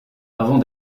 avant